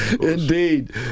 Indeed